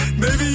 Baby